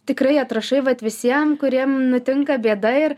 tikrai atrašai vat visiem kuriem nutinka bėda ir